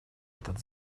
этот